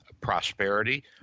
prosperity